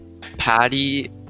patty